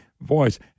voice